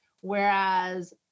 Whereas